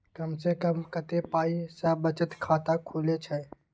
कम से कम कत्ते पाई सं बचत खाता खुले छै?